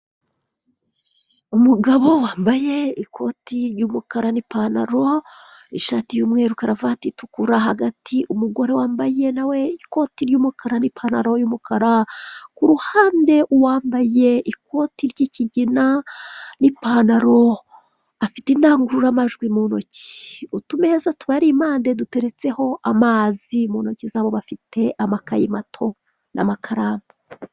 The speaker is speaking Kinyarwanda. Umugabo wambaye ikotiumukara n'ipantaro ishati yumweru karuvati itukura, hagati umugore wambaye ikoti ry'umukara n'ipantaro yumukara kuruhande uwambaye ikoti ry'ikigina n'ipantaro afite indangururamajwi mu ntoki. Utumeza tubari impande duteretseho amazi mu ntoki zabo bafite amakayi mato n'amakaramu.